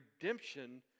redemption